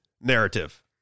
narrative